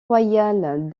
royale